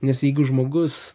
nes jeigu žmogus